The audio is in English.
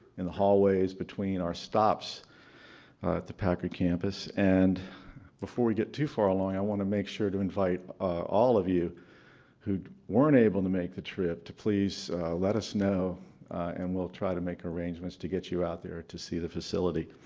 in the hallways between our stops at the packard campus. and before we get too far along, i want to make sure to invite all of you who weren't able to make the trip, to please let us know and we'll try to make arrangements to get you out there to see the facility.